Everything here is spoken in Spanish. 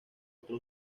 otro